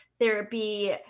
therapy